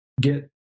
get